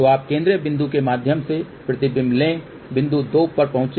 तो केंद्रीय बिंदु के माध्यम से प्रतिबिंब लें बिंदु 2 पर पहुंचे